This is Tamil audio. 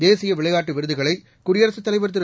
தேசிய விளையாட்டு விருதுகளை குடியரசுத் தலைவர் திரு